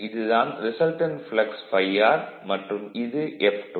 இது தான் resultant flux ∅r மற்றும் இது F2